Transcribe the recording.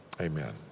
amen